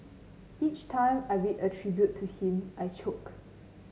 each time I read a tribute to him I choke